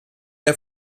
der